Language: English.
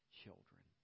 children